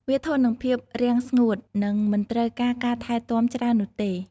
វាធន់នឹងភាពរាំងស្ងួត និងមិនត្រូវការការថែទាំច្រើននោះទេ។